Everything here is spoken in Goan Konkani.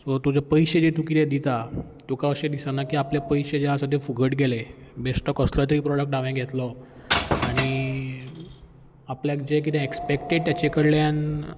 सो तुजें पयशे जे तूं कितें दिता तुका अशें दिसना की आपले पयशे जे आसा ते फुकट गेले बेश्टो कसलो तरी प्रॉडक्ट हांवें घेतलो आनी आपल्याक जें कितें एक्स्पॅकटेड तेचे कडल्यान